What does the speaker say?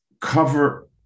cover